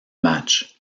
match